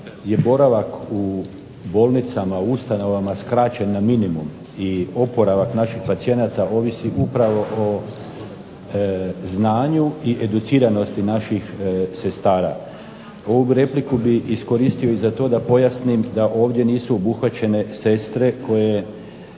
je boravak u bolnicama, u ustanovama skraćen na minimum i oporavak naših pacijenata ovisi upravo o znanju i educiranosti naših sestara. Ovu repliku bih iskoristio i za to da pojasnim da ovdje nisu obuhvaćene sestre koje